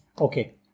Okay